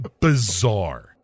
Bizarre